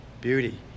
beauty